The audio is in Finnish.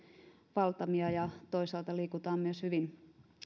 valtavia ja toisaalta liikutaan myös hyvin